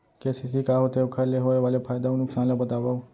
KCC का होथे, ओखर ले होय वाले फायदा अऊ नुकसान ला बतावव?